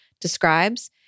describes